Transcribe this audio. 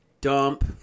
dump